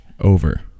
Over